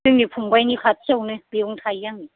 जोंनि फंबायनि खाथियावनो बेवनो थायो आङो